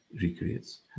recreates